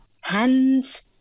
hands